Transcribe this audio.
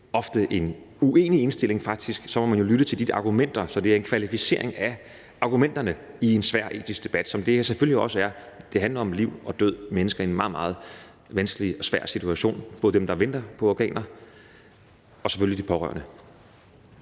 en uenig indstilling. Så må man jo lytte til de argumenter. Så det er en kvalificering af argumenterne i en svær etisk debat, som det her selvfølgelig også er. Det handler om liv og død og om mennesker i en meget, meget vanskelig og svær situation, både for dem, der venter på organer, og selvfølgelig for de pårørende.